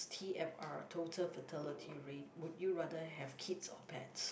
t_f_r total fertility rate would you rather have kids or pets